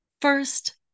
First